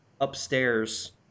upstairs